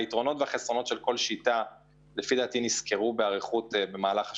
היתרונות והחסרונות של כל שיטה נסקרו באריכות בכנסת במהלך השנים.